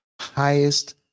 highest